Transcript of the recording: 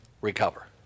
recover